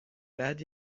بعد